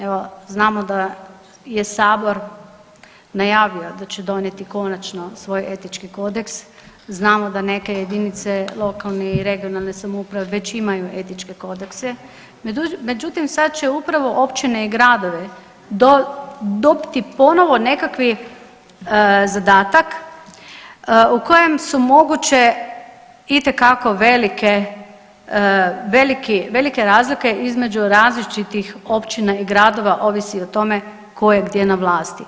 Evo, znamo da je Sabor najavio da će donijeti konačno svoj etički kodeks, znamo da neke jedinice lokalne i regionalne samouprave već imaju etičke kodekse, međutim, sad će upravo općine i gradove dobiti ponovo nekakvi zadatak o kojem su moguće itekako velike razlike između različitih općina i gradova, ovisi o tome tko je gdje na vlasti.